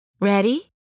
Ready